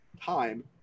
time